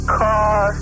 car